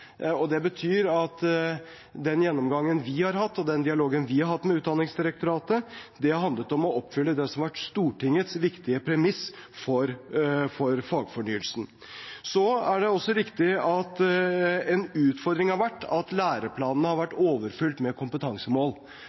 Det betyr at den gjennomgangen vi har hatt, og den dialogen vi har hatt med Utdanningsdirektoratet, har handlet om å oppfylle det som har vært Stortingets viktige premiss for fagfornyelsen. Det er også riktig at det har vært en utfordring at læreplanene har vært overfylt med kompetansemål.